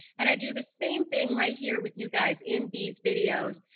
and i do the same thing right here with you guys in these videos.